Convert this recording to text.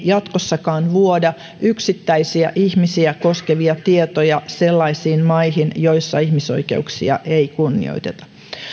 jatkossakaan vuoda yksittäisiä ihmisiä koskevia tietoja sellaisiin maihin joissa ihmisoikeuksia ei kunnioiteta